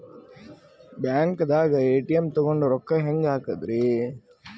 ಬ್ಯಾಂಕ್ದಾಗ ಎ.ಟಿ.ಎಂ ತಗೊಂಡ್ ರೊಕ್ಕ ಹೆಂಗ್ ಹಾಕದ್ರಿ?